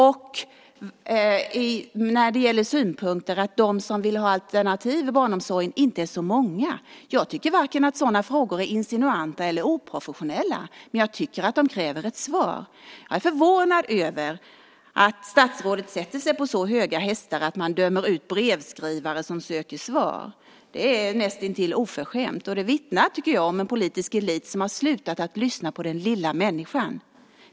Det kan också handla om synpunkter när det gäller att de som vill ha alternativ i barnomsorgen inte är så många. Jag tycker inte att sådana frågor är vare sig insinuanta eller oprofessionella. Däremot kräver de ett svar. Jag är förvånad över att statsrådet sätter sig på så höga hästar att hon dömer ut brevskrivare som söker svar. Det är näst intill oförskämt och vittnar, tycker jag, om en politisk elit som har slutat lyssna på den lilla människan.